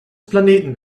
planeten